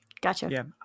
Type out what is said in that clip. Gotcha